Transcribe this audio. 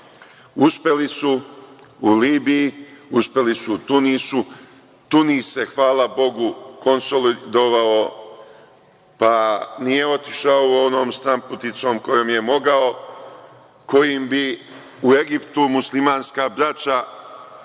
uspeli su u Libiji, uspeli su u Tunisu. Tunis se, hvala Bogu, konsolidovao, pa nije otišao onom stranputicom kojom je mogao, kojom bi u Egiptu muslimanska braća